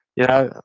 yeah,